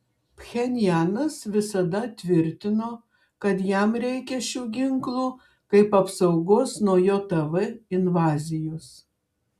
pchenjanas visada tvirtino kad jam reikia šių ginklų kaip apsaugos nuo jav invazijos